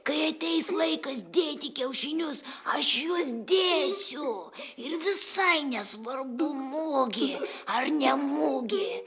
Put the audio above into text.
kai ateis laikas dėti kiaušinius aš juos dėsiu ir visai nesvarbu mugė ar ne mugė